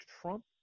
Trump